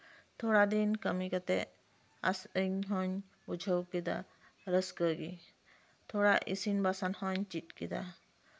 ᱛᱷᱚᱲᱟ ᱫᱤᱱ ᱠᱟᱹᱢᱤ ᱠᱟᱛᱮᱫ ᱟᱥᱟ ᱤᱧ ᱦᱚᱸᱧ ᱵᱩᱡᱷᱟᱹᱣ ᱠᱮᱫᱟ ᱨᱟᱹᱥᱠᱟᱹ ᱜᱮ ᱛᱷᱚᱲᱟ ᱤᱥᱤᱱ ᱵᱟᱥᱟᱝ ᱦᱚᱧ ᱪᱮᱫ ᱠᱮᱫᱟ